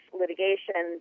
litigation